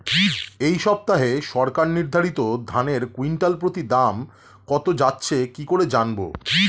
এই সপ্তাহে সরকার নির্ধারিত ধানের কুইন্টাল প্রতি দাম কত যাচ্ছে কি করে জানবো?